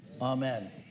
Amen